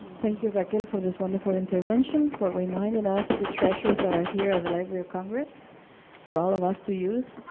thank you, raquel, for this wonderful intervention, intervention, for reminding us the treasures that are here at the library of congress for all of us to use,